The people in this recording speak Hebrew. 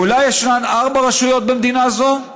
ואולי ישנן ארבע רשויות במדינה זו?